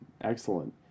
excellent